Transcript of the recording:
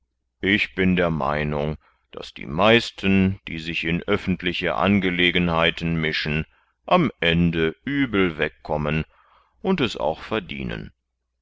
ich bin der meinung daß die meisten die sich in öffentliche angelegenheiten mischen am ende übel wegkommen und es auch verdienen